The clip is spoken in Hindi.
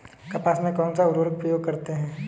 कपास में कौनसा उर्वरक प्रयोग करते हैं?